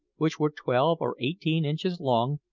which were twelve or eighteen inches long,